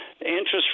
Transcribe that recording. Interest